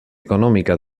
económica